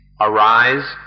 arise